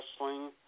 wrestling